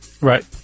Right